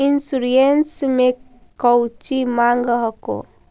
Insurance मे कौची माँग हको?